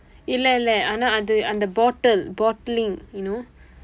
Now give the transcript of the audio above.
இல்ல இல்ல ஆனா அது அந்த:illa illa aanaa athu andtha bottle bottling you know